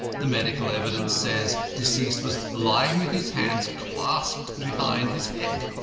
the medical evidence says deceased was lying with his hands clasped behind his head.